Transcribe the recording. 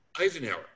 Eisenhower